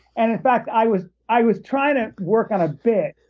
and in fact, i was i was trying to work on a bit,